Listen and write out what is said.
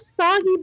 soggy